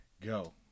Go